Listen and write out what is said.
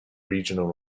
regional